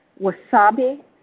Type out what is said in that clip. wasabi